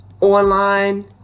online